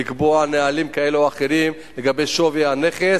לקבוע נהלים כאלה או אחרים לגבי שווי הנכס